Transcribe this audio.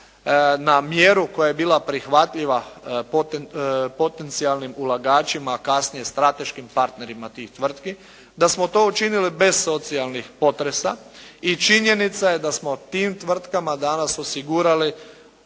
na mjeru koja je bila prihvatljiva potencijalnim ulagačima, a kasnije strateškim partnerima tih tvrtki, da smo to učinili bez socijalnih potresa i činjenica je da smo tim tvrtkama danas osigurali